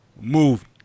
movie